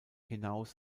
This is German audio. hinaus